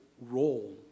role